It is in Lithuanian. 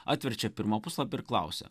atverčia pirmą puslapį ir klausia